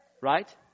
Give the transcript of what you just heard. Right